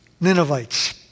Ninevites